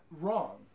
wrong